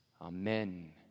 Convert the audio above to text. Amen